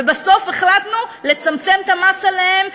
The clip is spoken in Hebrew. ובסוף החלטנו לצמצם את המס עליהם,